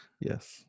Yes